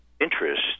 interest